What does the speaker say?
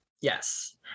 Yes